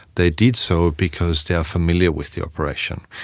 they did so because they are familiar with the operation,